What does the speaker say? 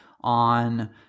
on